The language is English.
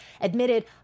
admitted